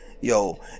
yo